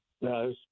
No